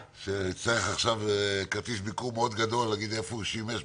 שצריך עכשיו כרטיס ביקור מאוד גדול להגיד איפה הוא שימש,